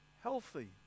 healthy